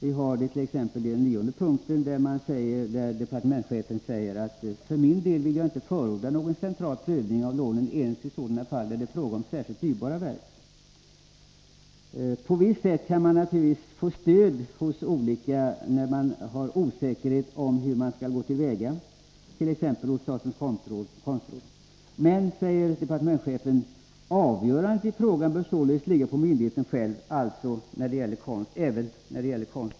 I punkt 9 t.ex. säger departementschefen: ”För min del vill jag inte förorda någon central prövning av lånen ens i sådana fall där det är fråga om särskilt dyrbara verk.” På visst sätt kan man naturligtvis få stöd hos olika organ, när man är osäker om hur man skall gå till väga, t.ex. hos statens konstråd. Men, säger departementschefen, ”avgörandet i frågan bör således ligga på myndigheterna själva, också när det gäller konst till större värden”.